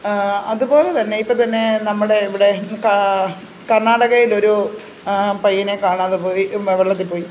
അതുപോലെ തന്നെ ഇപ്പോൾ തന്നെ നമ്മുടെ ഇവിടെ കർണാടകയിൽ ഒരു പയ്യനെ കാണാതെ പോയി വെള്ളത്തിൽ പോയി